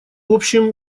общем